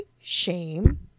Shame